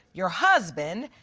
your husband,